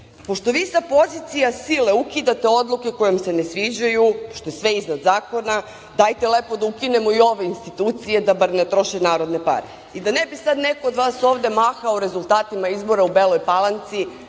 vi sa pozicija sile ukidate odluke koje vam se ne sviđaju, što je sve iznad zakona, dajte lepo da ukinemo i ove institucije, da bar ne troše narodne pare. Da ne bi sada neko od vas mahao rezultatima izbora u Beloj Palanci,